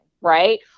Right